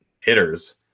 hitters